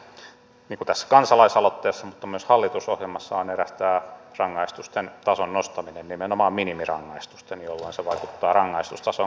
niin kuin tässä kansalaisaloitteessa myös hallitusohjelmassa on eräs rangaistusten tason nostaminen nimenomaan minimirangaistusten jolloin se vaikuttaa rangaistustasoon kauttaaltaan